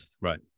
right